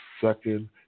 second